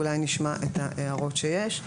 אולי נשמע את ההערות שיש.